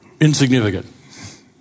insignificant